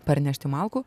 parnešti malkų